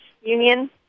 Union